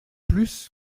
plus